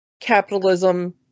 capitalism